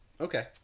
Okay